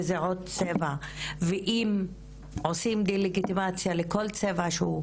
וזה עוד צבע ואם עושים דה לגיטימציה לכל צבע שהוא,